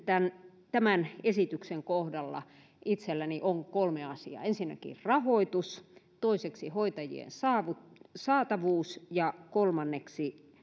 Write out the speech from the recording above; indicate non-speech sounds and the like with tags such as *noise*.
tämän tämän esityksen kohdalla itselläni on kolme asiaa ensinnäkin rahoitus toiseksi hoitajien saatavuus ja kolmanneksi *unintelligible*